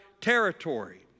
territory